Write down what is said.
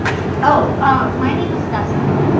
oh ah my name is destiny